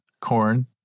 corn